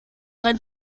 rein